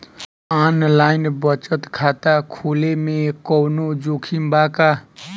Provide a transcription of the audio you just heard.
Online बचत खाता खोले में कवनो जोखिम बा का?